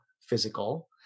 physical